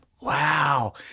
Wow